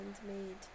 handmade